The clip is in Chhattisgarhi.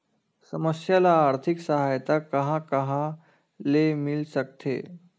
समस्या ल आर्थिक सहायता कहां कहा ले मिल सकथे?